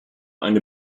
eine